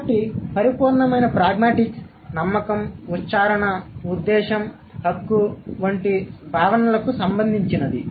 కాబట్టి పరిపూర్ణమైన ప్రాగ్మాటిక్స్ నమ్మకం ఉచ్చారణ ఉద్దేశం హక్కు వంటి భావనలకు సంబంధించినది